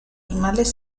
animales